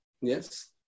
yes